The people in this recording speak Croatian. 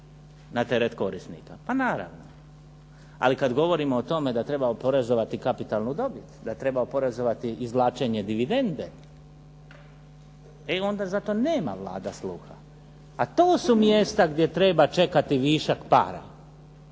na teret korisnika? Pa naravno. Ali kad govorimo o tome da treba oporezovati kapitalnu dobit, da treba oporezovati izvlačenje dividende, e onda za to nema Vlada sluha. A to su mjesta gdje treba čekati višak para.